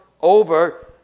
over